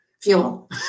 fuel